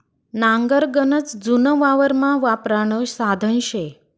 नांगर गनच जुनं वावरमा वापरानं साधन शे